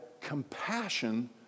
compassion